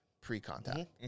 pre-contact